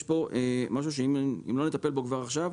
יש משהו שהם לא נטפל בו כבר עכשיו,